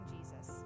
Jesus